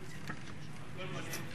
היינו בסרט הזה.